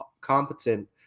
competent